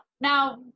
now